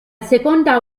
seconda